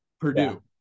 Purdue